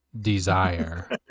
desire